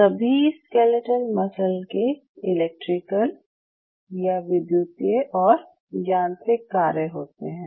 सभी skeletal muscle के electrical और यांत्रिक कार्य होते हैं